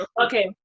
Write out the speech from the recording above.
Okay